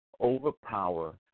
overpower